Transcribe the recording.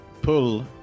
pull